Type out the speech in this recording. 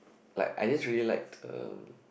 like I just really liked um